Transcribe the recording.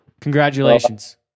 Congratulations